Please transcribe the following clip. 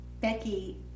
Becky